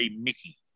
Mickey